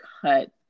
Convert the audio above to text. Cut